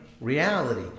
reality